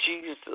Jesus